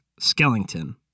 Skellington